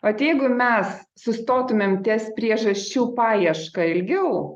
ot jeigu mes sustotumėm ties priežasčių paieška ilgiau